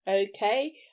okay